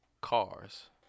cars